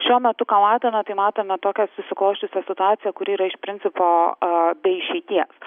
šiuo metu ką matome tai matome tokią susiklosčiusią situaciją kuri yra iš principo be išeities